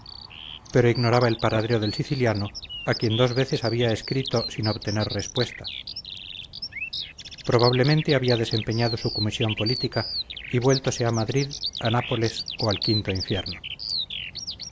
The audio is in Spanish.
pero ignoraba el paradero del siciliano a quien dos veces había escrito sin obtener respuesta probablemente había desempeñado su comisión política y vuéltose a madrid a nápoles o al quinto infierno